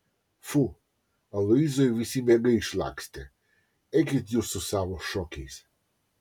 pfu aloyzui visi miegai išlakstė eikit jūs su savo šokiais